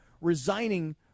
resigning